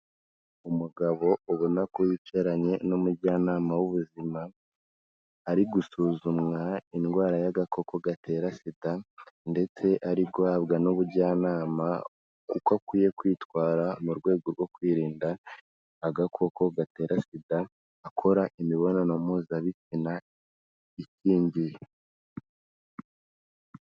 Umugabo ubona ko yicaranye n'umujyanama w'ubuzima, ari gusuzumwa indwara y'agakoko gatera SIDA, ndetse ari guhabwa n'ubujyanama k'uko akwiye kwitwara mu rwego rwo kwirinda agakoko gatera sida akora imibonano mpuzabitsina ikingiye.